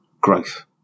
growth